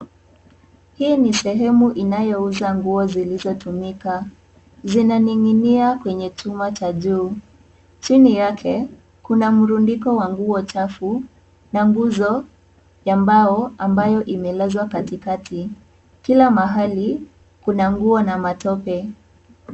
Hii ni sehemu inayouza nguo zilizotumika. Zinaning'inia kwenye chuma cha juu. Chini yake, kuna mrundiko wa nguo chafu, na nguzo ya mbao ambayo imelazwa katikati. Kila mahali, kuna nguo na matope.